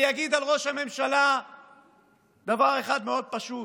אז אני אגיד על ראש הממשלה דבר אחד מאוד פשוט.